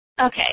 okay